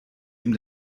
ihm